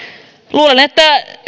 luulen että